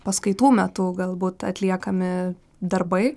paskaitų metu galbūt atliekami darbai